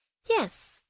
yes,